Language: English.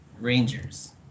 Rangers